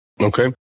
Okay